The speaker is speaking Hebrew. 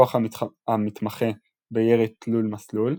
כוח המתמחה בירי תלול מסלול,